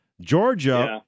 Georgia